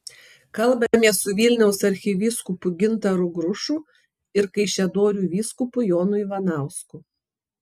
kalbamės su vilniaus arkivyskupu gintaru grušu ir kaišiadorių vyskupu jonu ivanausku